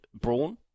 brawn